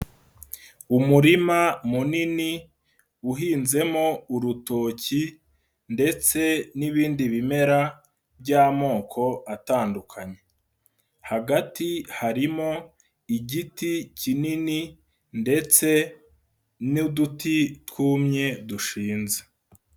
Umurima munini uhinzemo urutoki ndetse n'ibindi bimera by'amoko atandukanye. Hagati harimo igiti kinini ndetse n'uduti twumye dushinze.